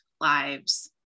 lives